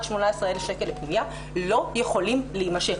18,000 שקל לפנימייה לא יכולים להימשך,